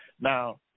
Now